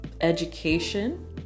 education